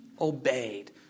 obeyed